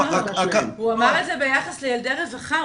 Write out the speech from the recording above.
הוא אמר את זה ביחס לילדי הרווחה,